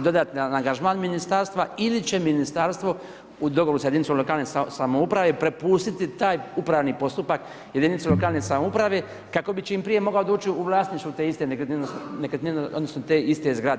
dodatan angažman ministarstva ili će ministarstvo u dogovoru sa jedinicom lokalne samouprave prepustiti taj upravni postupak jedinici lokalne samouprave kako bi čim prije mogao doći u vlasništvo te iste nekretnine, odnosno te iste zgrade.